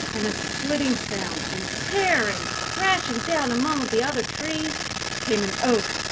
and a splitting sound, and tearing, crashing down among the other trees came an oak,